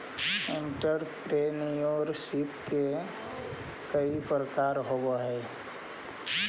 entrepreneurship के कई प्रकार होवऽ हई